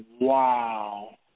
Wow